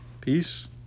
Peace